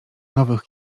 nowych